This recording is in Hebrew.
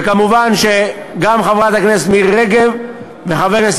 ומובן שגם חברת הכנסת מירי רגב וחבר הכנסת